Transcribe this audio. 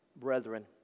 Brethren